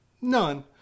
None